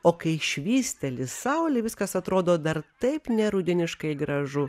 o kai švysteli saulė viskas atrodo dar taip ne rudeniškai gražu